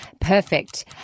Perfect